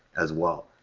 as well.